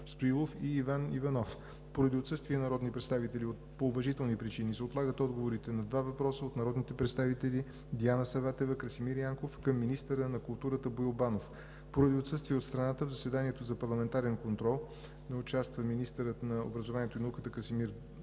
Стоилов и Иван Иванов. Поради отсъствие на народни представители по уважителни причини се отлагат отговорите на два въпроса от народните представители Диана Саватева, и Красимир Янков към министъра на културата Боил Банов. Поради отсъствие от страната в заседанието за парламентарен контрол няма да участват министърът на образованието и науката Красимир Вълчев